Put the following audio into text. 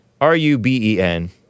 R-U-B-E-N